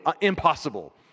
impossible